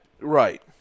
Right